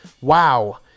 wow